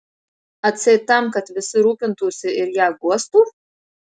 atseit tam kad visi rūpintųsi ir ją guostų